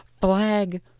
flag